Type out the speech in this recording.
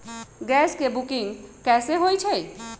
Gas के booking कैसे होईछई?